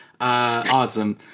Awesome